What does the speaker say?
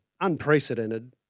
unprecedented